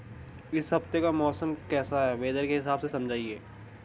इस हफ्ते का मौसम कैसा है वेदर के हिसाब से समझाइए?